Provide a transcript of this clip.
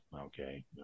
okay